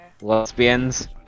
Lesbians